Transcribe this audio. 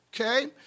okay